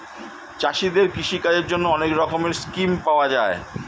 চাষীদের কৃষি কাজের জন্যে অনেক রকমের স্কিম পাওয়া যায়